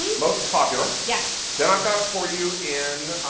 most popular. yeah then i've got it for you in,